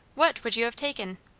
what would you have taken?